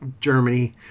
Germany